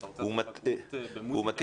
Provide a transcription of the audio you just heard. אם אתה רוצה -- הוא מתאים,